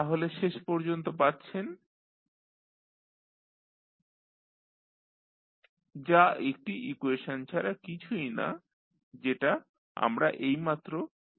তাহলে শেষ পর্যন্ত পাচ্ছেন X2sx1s যা একটি ইকুয়েশন ছাড়া কিছুই না যেটা আমরা এইমাত্র ইন্টিগ্রেশন করে পেলাম